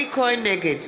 נגד